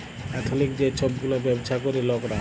এথলিক যে ছব গুলা ব্যাবছা ক্যরে লকরা